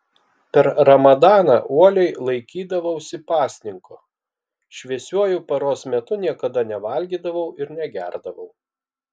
per ramadaną uoliai laikydavausi pasninko šviesiuoju paros metu niekada nevalgydavau ir negerdavau